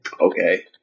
Okay